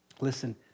listen